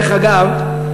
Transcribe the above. דרך אגב,